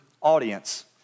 audience